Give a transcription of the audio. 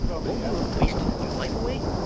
won't you have wasted your life away?